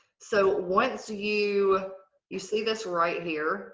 so once you you see this right here